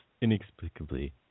inexplicably